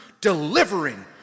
delivering